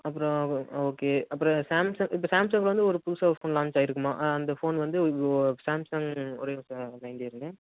அப்புறம் ஓகே அப்புறம் சாம்சங் இப்போ சாம்சங்கில் வந்து ஒரு புதுசாக ஃபோன் லான்ச் ஆகியிருக்குமா அந்த ஃபோன் வந்து ஓ சாம்சங் ஒரே நிமிஷம் லைன்லேயே இருங்கள்